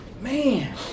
Man